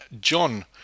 John